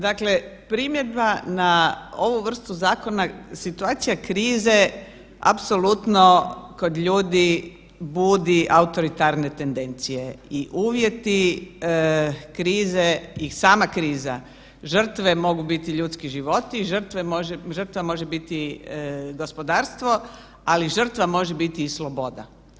Dakle, primjedba na ovu vrstu zakona, situacija krize apsolutno kod ljudi budi autoritarne tendencije i uvjeti krize i sama kriza žrtve mogu biti ljudski životi, žrtva može biti gospodarstvo, ali žrtva može biti i sloboda.